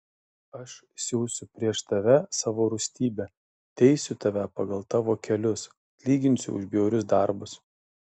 aš siųsiu prieš tave savo rūstybę teisiu tave pagal tavo kelius atlyginsiu už bjaurius darbus